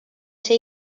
ser